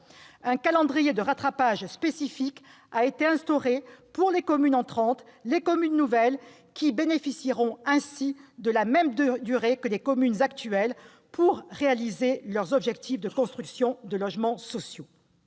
Un calendrier de rattrapage spécifique a été instauré pour les communes « entrantes », les communes nouvelles, qui bénéficieront ainsi de la même durée que les communes actuelles pour réaliser leurs objectifs de construction de logements sociaux.